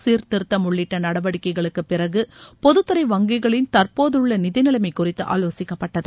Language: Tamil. சீர்த்திருத்தம் உள்ளிட்ட நடவடிக்கைகளுக்கு பிறகு பொதுத்துறை வங்கிகளின் தற்போதுள்ள நிதி நிலைமை குறித்து ஆலோசிக்கப்பட்டது